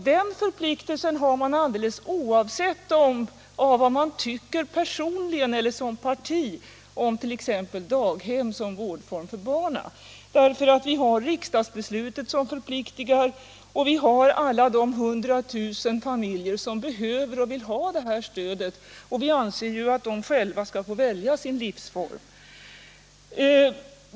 Den förpliktelsen har man alldeles oavsett vad man personligen eller partiet tycker om t.ex. daghem som vårdform för barnen därför att vi har riksdagsbeslutet som förpliktigar och vi har alla de hundratusen familjer som behöver och vill ha det här stödet och vi anser ju att de själva skall få välja sin livsform.